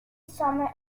summer